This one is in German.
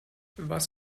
was